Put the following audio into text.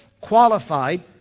qualified